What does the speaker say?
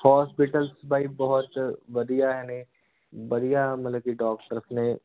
hospitals ਬਾਈ ਬਹੁਤ ਵਧੀਆ ਨੇ ਵਧੀਆ ਮਤਲਬ ਕਿ ਡੋਕਟਰਸ ਨੇ